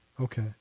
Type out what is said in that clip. Okay